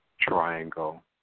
triangle